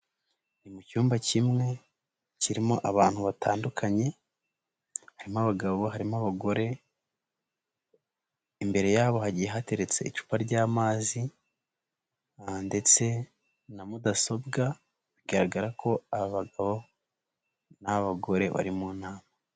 Ni mu cyumba kimwe kirimo abantu batandukanye, harimo abagabo, harimo abagore, imbere yabo hagiye hateretse icupa ry'amazi ndetse na mudasobwa, bigaragara ko abagabo n'abagore bari mu nama.